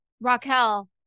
Raquel